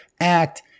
act